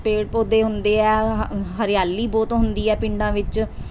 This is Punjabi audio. ਪੇੜ ਪੌਦੇ ਹੁੰਦੇ ਆ ਹ ਹਰਿਆਲੀ ਬਹੁਤ ਹੁੰਦੀ ਹੈ ਪਿੰਡਾਂ ਵਿੱਚ